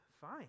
Fine